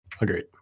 Agreed